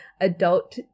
adult